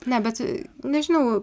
ne bet nežinau